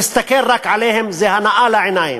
רק תסתכל עליהם, זה הנאה לעיניים.